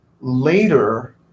later